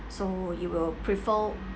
so you will prefer